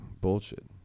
bullshit